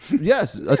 Yes